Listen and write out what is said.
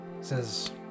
says